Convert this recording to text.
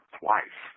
twice